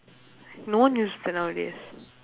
no one use that nowadays